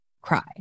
cry